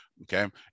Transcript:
Okay